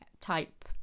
type